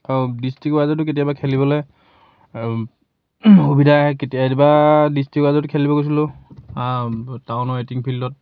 অ district ৱাইজতো কেতিয়াবা খেলিবলে সুবিধা আহে কেতিয়াবা ডিষ্ট্ৰিক্ট ৱাইজত খেলিব গৈছিলোঁ টাউনৰ এটিং ফিল্ডত